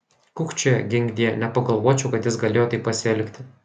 kukčioja ginkdie nepagalvočiau kad jis galėjo taip pasielgti